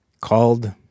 called